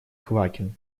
квакин